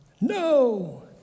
no